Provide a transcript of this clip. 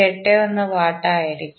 81 watt ആയിരിക്കും